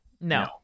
No